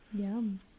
Yum